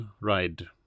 ride